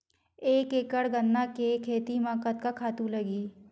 एक एकड़ गन्ना के खेती म कतका खातु लगही?